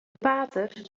paters